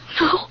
No